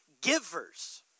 givers